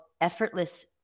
Effortless